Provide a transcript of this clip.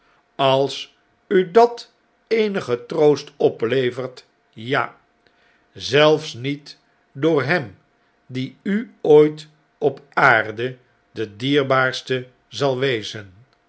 als u dat eenige troost oplevert ja zelfs niet door hem die u ooit op aarde de dierbaarste zal wezen